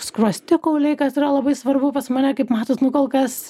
skruostikauliai kas yra labai svarbu pas mane kaip matot nu kol kas